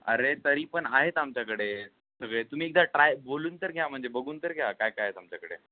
अरे तरीपण आहेत आमच्याकडे सगळे तुम्ही एकदा ट्राय बोलून तर घ्या म्हणजे बघून तर घ्या काय काय आमच्याकडे